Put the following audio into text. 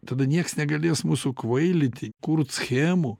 tada nieks negalės mūsų kvailinti kurt schemų